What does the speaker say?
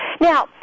Now